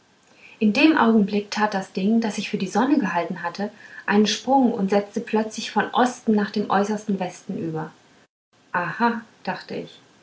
in dem augenblick tat das ding das ich für die sonne gehalten hatte einen sprung und setzte plötzlich von osten nach dem äußersten westen über aha dachte ich